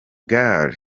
gaal